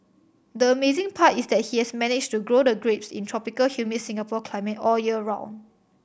the amazing part is that he has managed to grow the grapes in tropical humid Singapore climate all year round